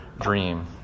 dream